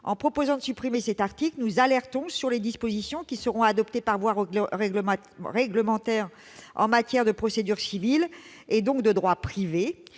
En proposant de supprimer cet article, nous alertons sur les dispositions qui seront adoptées par voie réglementaire en matière de procédure civile, donc de droit privé.